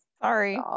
Sorry